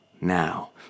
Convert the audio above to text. Now